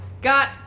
got